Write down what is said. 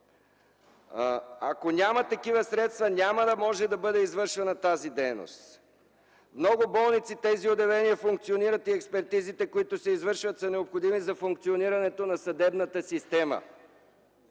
„ако няма такива средства, няма да може да бъде извършена тази дейност. В много болници тези отделения функционират и експертизите, които се извършват, са необходими за функционирането на съдебната система.